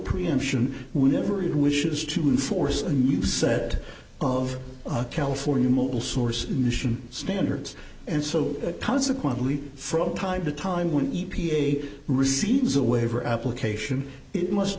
preemption we never even wishes to enforce a new set of california mobile source mission standards and so consequently from time to time when e p a receives a waiver application it must